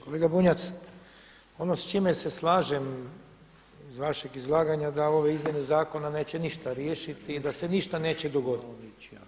Kolega Bunjac, ono s čime se slažem iz vašeg izlaganja da ove izmjene zakona neće ništa riješiti i da se ništa neće dogoditi.